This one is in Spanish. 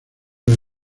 los